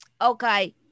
Okay